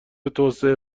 توسعه